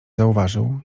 zauważył